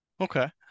Okay